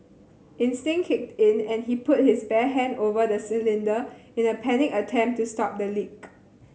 instinct kicked in and he put his bare hand over the cylinder in a panicked attempt to stop the leak